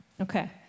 Okay